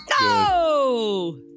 No